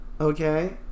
Okay